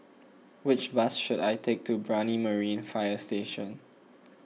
which bus should I take to Brani Marine Fire Station